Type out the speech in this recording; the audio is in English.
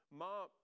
mom